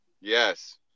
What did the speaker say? Yes